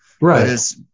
Right